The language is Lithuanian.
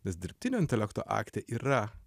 nes dirbtinio intelekto akte yra